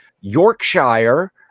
Yorkshire